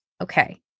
okay